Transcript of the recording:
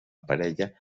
parella